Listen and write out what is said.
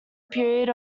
period